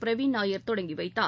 பிரவீண் நாயர் தொடங்கி வைத்தார்